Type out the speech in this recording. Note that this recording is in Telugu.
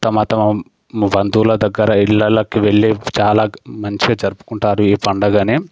తమ తమ బంధువుల దగ్గర ఇళ్ళల్లోకి వెళ్ళి చాలా మంచిగా జరుపుకుంటారు ఈ పండగని